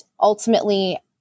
ultimately